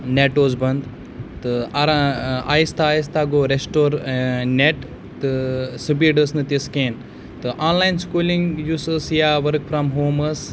net اوس بنٛد تہٕ آہِستہ آہِستہ گوٚو رٮ۪سٹور نٮ۪ٹ تہٕ سِپیٖڈ ٲس نہٕ تِژھ کینٛہہ تہٕ آن لاین سکوٗلِنٛگ یُس ٲس یا ؤرٕک فرٛام ہوم ٲس